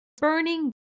burning